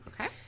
Okay